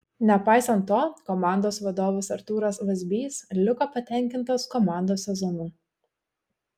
nepaisant to komandos vadovas artūras vazbys liko patenkintas komandos sezonu